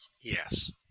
Yes